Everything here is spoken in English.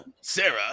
Sarah